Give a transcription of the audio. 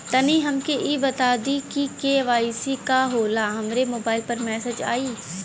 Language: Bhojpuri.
तनि हमके इ बता दीं की के.वाइ.सी का होला हमरे मोबाइल पर मैसेज आई?